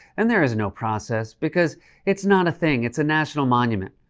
and there is no process because it's not a thing. it's a national monument.